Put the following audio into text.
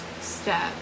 step